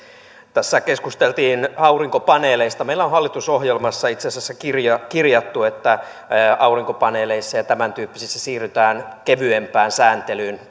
tässä keskusteltiin aurinkopaneeleista meillä on hallitusohjelmaan itse asiassa kirjattu että aurinkopaneeleissa ja tämäntyyppisissä siirrytään kevyempään sääntelyyn